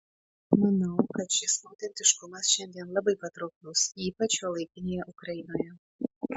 manau kad šis autentiškumas šiandien labai patrauklus ypač šiuolaikinėje ukrainoje